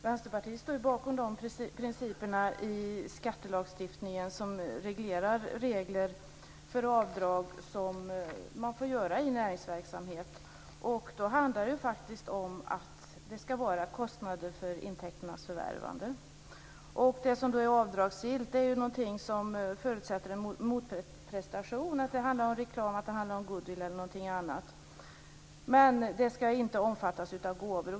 Vänsterpartiet står bakom de principer i skattelagstiftningen som reglerar de avdrag som man får göra i näringsverksamhet. Det ska handla om kostnader för intäkternas förvärvande. Det som är avdragsgillt förutsätter en motprestation. Det ska handla om reklam, goodwill eller något annat. Det får inte omfatta gåvor.